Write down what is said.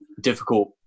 difficult